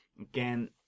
Again